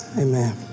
Amen